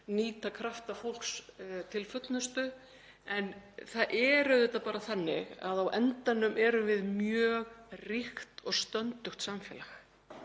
nýta krafta fólks til fullnustu. En það er auðvitað bara þannig að á endanum erum við mjög ríkt og stöndugt samfélag.